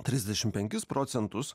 trisdešim penkis procentus